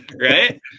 right